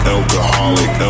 Alcoholic